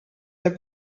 der